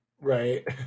Right